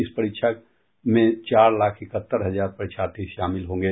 इस परीक्षा में चार लाख इकहत्तर हजार परीक्षार्थी शामिल होंगे